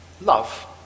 Love